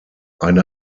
eine